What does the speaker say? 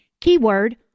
keyword